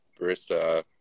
Barista